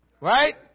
Right